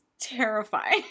terrifying